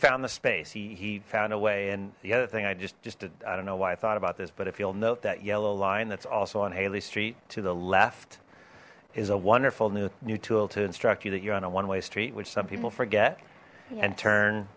found the space he found a way and the other thing i just just did i don't know why i thought about this but if you'll note that yellow line that's also on haley street to the left is a wonderful new tool to instruct you that you're on a one way street which some people forget and turn